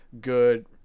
good